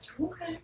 Okay